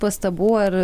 pastabų ar